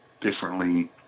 differently